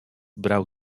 brał